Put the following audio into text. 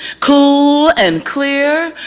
cool and clear,